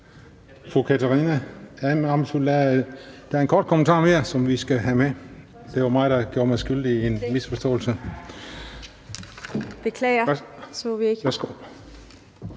Fru Katarina Ammitzbøll, der er en kort kommentar mere, som vi skal have med. Det var mig, der gjorde mig skyldig i en misforståelse.